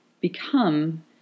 become